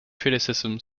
criticism